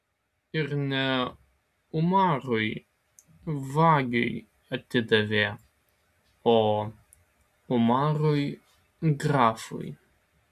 ir ne umarui vagiui atidavė o umarui grafui